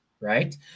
right